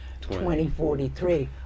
2043